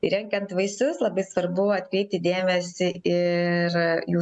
ir renkant vaisius labai svarbu atkreipti dėmesį ir jų